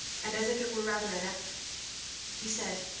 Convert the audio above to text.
and as if it were rather an effort he said,